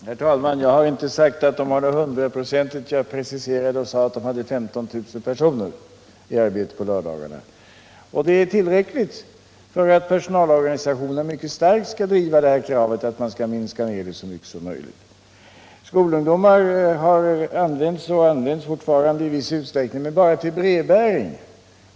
Herr talman! Jag har inte sagt att postverket kallar in sin personal 100 procentigt. Jag preciserade med att man har 15 000 personer i arbete. Det är tillräckligt för att personalorganisationen starkt skall driva kravet att man minskar ned så mycket som möjligt. Skolungdomar används, men huvudsakligen till brevbäring.